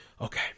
Okay